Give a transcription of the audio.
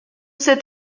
cet